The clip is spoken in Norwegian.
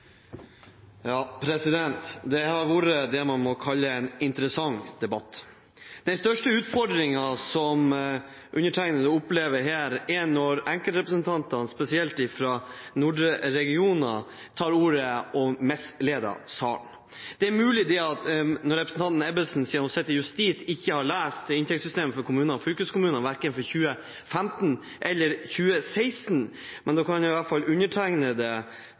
Det har vært det man må kalle en interessant debatt. Den største utfordringen som undertegnede opplever her, er når enkeltrepresentanter, spesielt fra nordre regioner, tar ordet og misleder salen. Det er mulig at representanten Ebbesen, siden hun sitter i justiskomiteen, ikke har lest inntektssystemet for kommuner og fylkeskommuner verken for 2015 eller 2016, men da kan i hvert fall